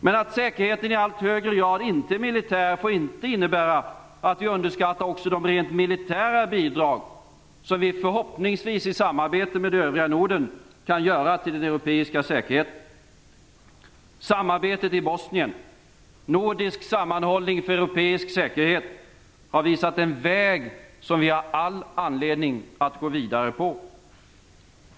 Men att säkerheten i allt högre grad inte är militär får inte innebära att vi underskattar de rent militära bidrag som vi, förhoppningsvis i samarbete med det övriga Norden, kan ge till den europeiska säkerheten. Samarbetet i Bosnien och nordisk sammanhållning för europeisk säkerhet har visat en väg som vi har all anledning att gå vidare på.